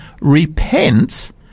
repents